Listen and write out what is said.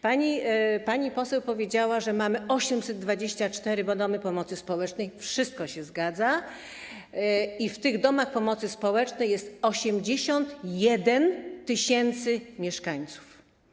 Pani poseł powiedziała, że mamy 824 domy pomocy społecznej - wszystko się zgadza - i w tych domach pomocy społecznej jest 81 tys. mieszkańców.